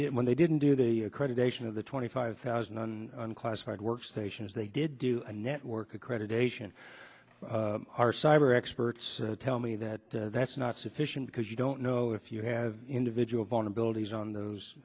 it when they didn't do the accreditation of the twenty five thousand and classified work stations they did do a network accreditation of our cyber experts tell me that that's not sufficient because you don't know if you have individual vulnerabilities on